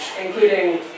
including